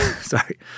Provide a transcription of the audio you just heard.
Sorry